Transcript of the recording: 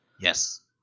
Yes